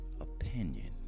opinion